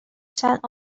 sent